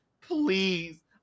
Please